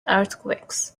earthquakes